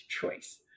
choice